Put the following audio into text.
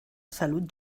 salut